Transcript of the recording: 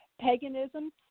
Paganism